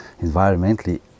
environmentally